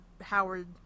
Howard